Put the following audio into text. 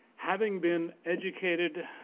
having been educated,